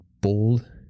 bold